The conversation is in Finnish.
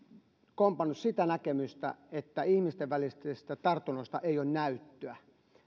kompannut sitä näkemystä että ihmisten välisistä tartunnoista ei ole näyttöä